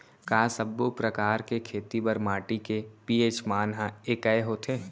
का सब्बो प्रकार के खेती बर माटी के पी.एच मान ह एकै होथे?